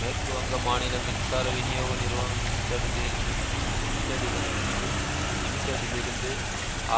மேற்கு வங்க மாநில மின்சார விநியோக நிறுவனம் லிமிடெட்டிலில் லிமிடெட்டிடமிருந்து லிமிடெட்டிலிருந்து